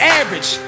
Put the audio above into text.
average